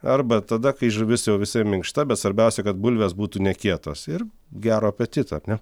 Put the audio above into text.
arba tada kai žuvis jau visai minkšta bet svarbiausia kad bulvės būtų nekietos ir gero apetito ar ne